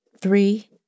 three